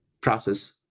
process